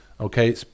Okay